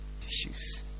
issues